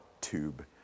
tube